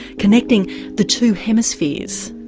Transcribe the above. connecting the two hemispheres.